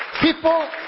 people